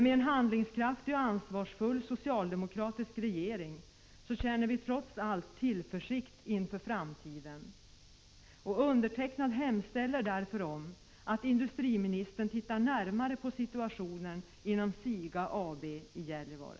Med en handlingskraftig och ansvarsfull socialdemokratisk regering känner vi trots allt tillförsikt inför framtiden. Själv hemställer jag därför om att industriministern tittar närmare på situationen inom SIGA AB i Gällivare.